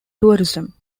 tourism